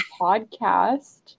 podcast